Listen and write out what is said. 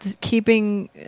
keeping